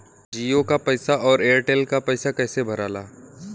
जीओ का पैसा और एयर तेलका पैसा कैसे भराला?